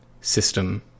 system